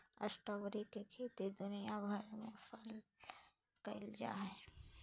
strawberry के खेती दुनिया भर में फल ले कइल जा हइ